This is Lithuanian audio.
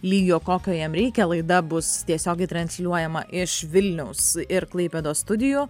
lygio kokio jam reikia laida bus tiesiogiai transliuojama iš vilniaus ir klaipėdos studijų